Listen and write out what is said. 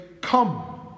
Come